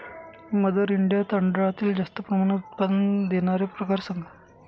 mother India तांदळातील जास्त प्रमाणात उत्पादन देणारे प्रकार सांगा